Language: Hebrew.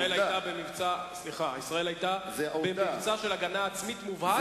ישראל היתה במבצע של הגנה עצמית מובהק.